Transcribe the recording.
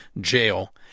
Jail